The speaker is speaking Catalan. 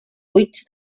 buits